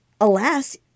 alas